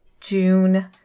June